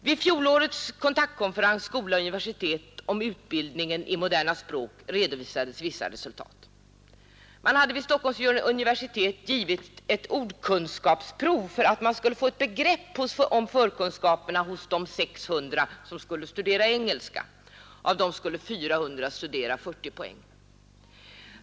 Vid fjolårets kontaktkonferens skola—universitet om utbildningen i moderna språk redovisades vissa resultat. Vid Stockholms universitet hade givits ett ordkunskapsprov för att man skulle få ett begrepp om förkunskaperna hos de 600 studerande som då skulle börja läsa engelska. Av dessa skulle 400 studera för 40 poäng.